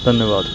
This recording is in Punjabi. ਧੰਨਵਾਦ